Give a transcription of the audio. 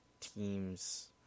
teams